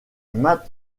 mat